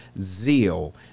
zeal